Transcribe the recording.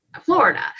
Florida